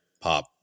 pop